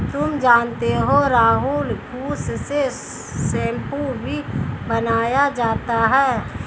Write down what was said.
तुम जानते हो राहुल घुस से शैंपू भी बनाया जाता हैं